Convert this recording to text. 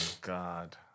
god